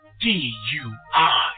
D-U-I